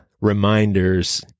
reminders